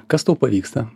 kas tau pavyksta